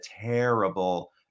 terrible